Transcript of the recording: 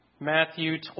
Matthew